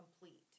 complete